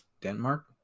Denmark